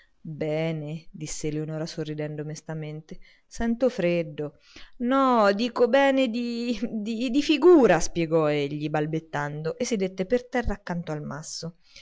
nero bene disse eleonora sorridendo mestamente sento freddo no dico bene di di di figura spiegò egli balbettando e sedette per terra accanto al masso